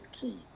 key